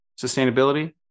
sustainability